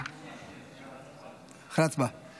(קורא